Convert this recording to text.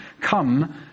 come